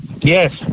Yes